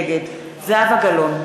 נגד זהבה גלאון,